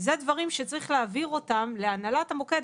זה דברים שצריך להעביר אותם להנהלת המוקד,